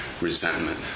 resentment